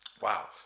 wow